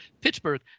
Pittsburgh